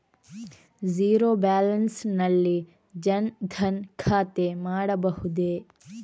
Zero balance ನಲ್ಲಿ ಜನ್ ಧನ್ ಖಾತೆ ಮಾಡಬಹುದೇ?